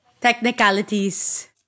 Technicalities